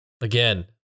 again